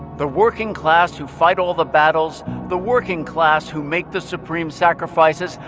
the working class who fight all the battles, the working class who make the supreme sacrifices,